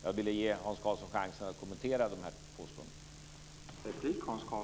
Jag vill ge Hans Karlsson chansen att kommentera dessa påståenden.